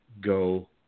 go